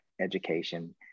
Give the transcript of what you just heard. education